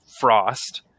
Frost